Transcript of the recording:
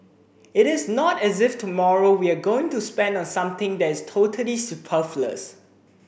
it is not as if tomorrow we are going to spend on something that's totally superfluous